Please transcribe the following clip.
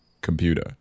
computer